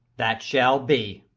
that shall be.